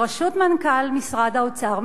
בראשות מנכ"ל משרד האוצר,